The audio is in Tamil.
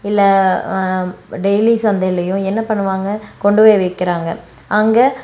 இல்லை டெய்லி சந்தையிலயும் என்ன பண்ணுவாங்க கொண்டு போய் விற்கிறாங்க அங்கே